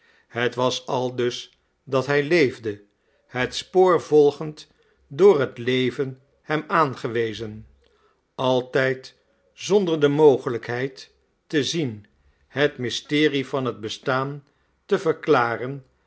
het was aldus dat hij leefde het spoor volgend door het leven hem aangewezen altijd zonder de mogelijkheid te zien het mysterie van het bestaan te verklaren